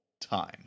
time